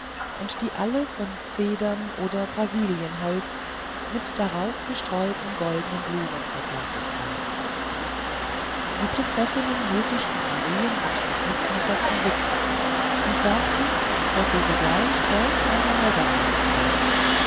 und die alle von zedern oder brasilienholz mit daraufgestreuten goldnen blumen verfertigt waren die prinzessinnen nötigten marien und den nußknacker zum sitzen und sagten daß sie sogleich selbst ein mahl bereiten wollten